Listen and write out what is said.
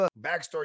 backstory